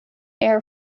air